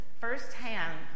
firsthand